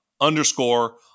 underscore